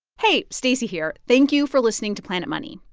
hey, stacey here. thank you for listening to planet money.